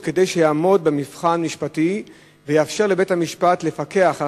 כדי שיעמוד במבחן משפטי ויאפשר לבית-המשפט לפקח על